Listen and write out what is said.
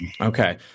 Okay